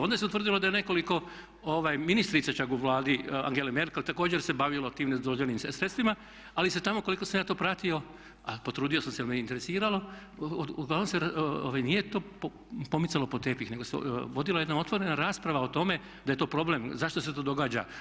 Onda se utvrdilo da je nekoliko ministrica čak u Vladi Angele Merkel također se bavilo tim nedozvoljenim sredstvima ali se tamo, koliko sam ja to pratio a potrudio sam se jer me interesiralo, uglavnom se nije to pomicalo pod tepih nego se vodila jedna otvorena rasprava o tome da je to problem zašto se to događa.